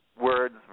words